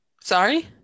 sorry